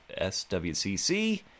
SWCC